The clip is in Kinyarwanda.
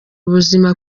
ubuzima